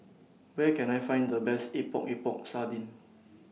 Where Can I Find The Best Epok Epok Sardin